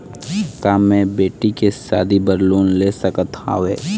का मैं बेटी के शादी बर लोन ले सकत हावे?